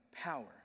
power